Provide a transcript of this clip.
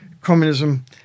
communism